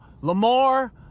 Lamar